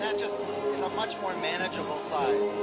and just is a much more manageable size.